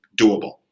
doable